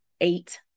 eight